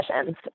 sessions